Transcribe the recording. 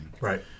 Right